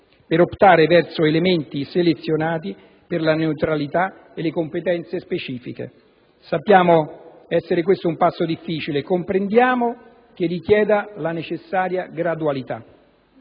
per optare verso elementi selezionati per la neutralità e le competenze specifiche. Sappiamo essere questo un passo difficile e comprendiamo che richiede la necessaria gradualità.